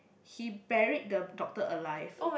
he buried the doctor alive